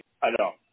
Alors